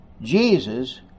Jesus